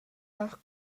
nach